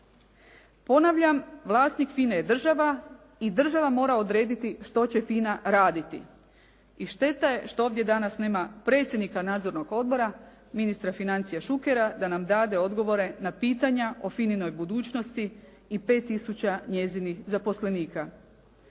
Ponavljam vlasnik FINA-e je država i država mora odrediti što će FINA raditi i šteta je što ovdje danas nema predsjednika nadzornog odbora ministra financija Šukera da nam dade odgovore na pitanja o FINA-inoj budućnosti i 5000 njezinih zaposlenika.